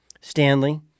Stanley